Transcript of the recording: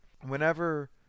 whenever